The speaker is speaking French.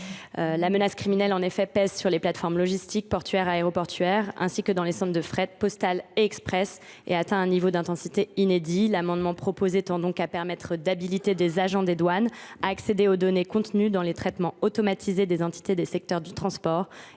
La menace criminelle pèse sur les plateformes logistiques portuaires et aéroportuaires, ainsi que sur les centres de fret postal et express, et atteint un niveau d’intensité inédit. Dans ces conditions, le présent amendement vise à autoriser les agents des douanes à accéder aux données contenues dans les traitements automatisés des entités des secteurs du transport